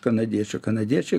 kanadiečių kanadiečiai